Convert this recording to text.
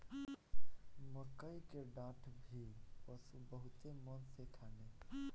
मकई के डाठ भी पशु बहुते मन से खाने